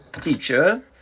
teacher